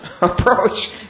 approach